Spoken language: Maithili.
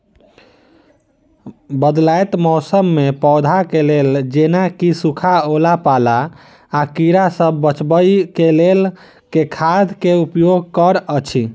बदलैत मौसम मे पौधा केँ लेल जेना की सुखा, ओला पाला, आ कीड़ा सबसँ बचबई केँ लेल केँ खाद केँ उपयोग करऽ छी?